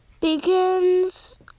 begins